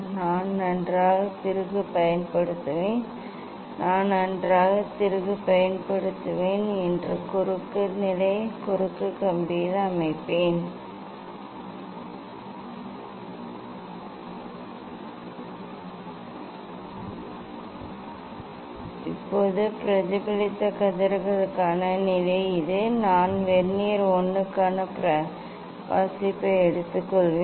நான் நன்றாக திருகு பயன்படுத்துவேன் நான் நன்றாக திருகு பயன்படுத்துவேன் மற்றும் குறுக்கு நிலை குறுக்கு கம்பியில் அமைப்பேன் ஆம் நான் அமைத்துள்ளேன் இப்போது பிரதிபலித்த கதிர்களுக்கான நிலை இது நான் வெர்னியர் 1 க்கான வாசிப்பை எடுத்துக்கொள்வேன்